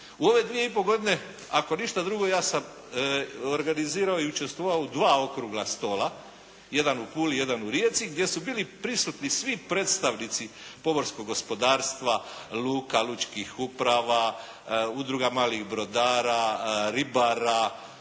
U ove 2 i pol godine ako ništa drugo ja sam organizirao i učestvovao u dva Okrugla stola, jedan u Puli, jedan u Rijeci, gdje su bili prisutni svi predstavnici pomorskog gospodarstva, luka, lučkih uprava, udruga malih brodara, ribara,